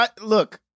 look